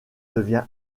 devient